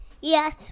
Yes